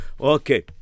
Okay